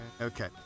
Okay